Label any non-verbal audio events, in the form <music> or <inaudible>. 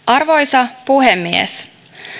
<unintelligible> arvoisa puhemies